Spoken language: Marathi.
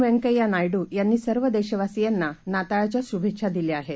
व्यंकय्यानायडूयांनीसर्वदेशवासियांनानाताळच्याशुभेच्छादिल्याआहेत